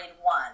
one